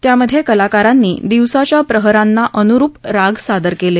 त्यामध्ये कलाकारांनी दिवसाच्या प्रहरांना अन्रूप राग सादर केले